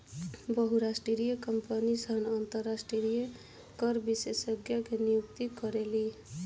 बहुराष्ट्रीय कंपनी सन अंतरराष्ट्रीय कर विशेषज्ञ के नियुक्त करेली